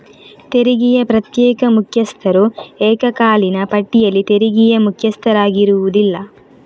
ತೆರಿಗೆಯ ಪ್ರತ್ಯೇಕ ಮುಖ್ಯಸ್ಥರು ಏಕಕಾಲೀನ ಪಟ್ಟಿಯಲ್ಲಿ ತೆರಿಗೆಯ ಮುಖ್ಯಸ್ಥರಾಗಿರುವುದಿಲ್ಲ